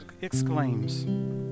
exclaims